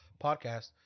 podcast